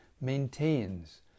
maintains